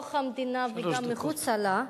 בתוך המדינה וגם מחוצה לה,